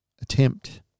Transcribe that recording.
attempt